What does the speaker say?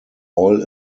oil